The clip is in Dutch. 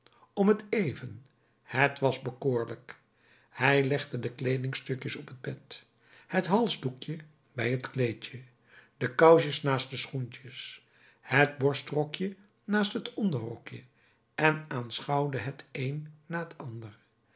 om t even het was bekoorlijk hij legde de kleedingstukjes op het bed het halsdoekje bij het kleedje de kousjes naast de schoentjes het borstrokje naast het onderrokje en aanschouwde het een na het ander